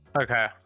Okay